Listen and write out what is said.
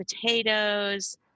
potatoes